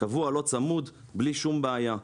קבוע לא צמוד בלי שום בעיה.